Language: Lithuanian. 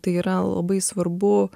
tai yra labai svarbu